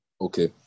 Okay